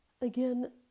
Again